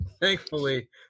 thankfully